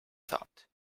thought